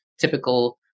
Typical